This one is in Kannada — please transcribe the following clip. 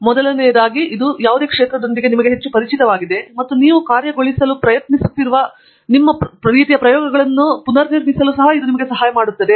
ಮೊದಲನೆಯದಾಗಿ ಇದು ಪ್ರದೇಶದೊಂದಿಗೆ ನಿಮಗೆ ಹೆಚ್ಚು ಪರಿಚಿತವಾಗಿದೆ ಮತ್ತು ನೀವು ಪ್ರಯತ್ನಿಸಲು ಪ್ರಯತ್ನಿಸುತ್ತಿರುವ ನಿಮ್ಮ ರೀತಿಯ ಪ್ರಯೋಗಗಳನ್ನು ನಿರ್ಮಿಸಲು ಸಹ ಇದು ನಿಮಗೆ ಸಹಾಯ ಮಾಡುತ್ತದೆ